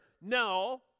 No